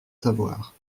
savoir